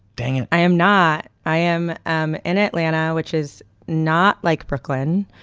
dang it. i am not. i am am in atlanta, which is not like brooklyn,